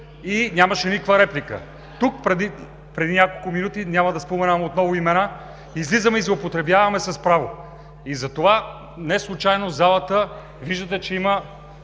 и нямаше никаква реплика. Преди няколко минути – няма да споменавам отново имена, излизаме и злоупотребяваме с право. Затова неслучайно залата, виждате, има